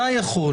אתה יכול